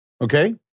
okay